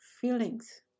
feelings